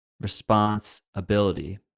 responsibility